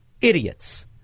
idiots